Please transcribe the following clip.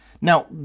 Now